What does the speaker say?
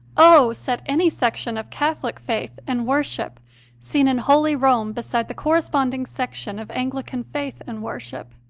oh! set any section of catholic faith and worship seen in holy rome beside the corresponding section of anglican faith and worship!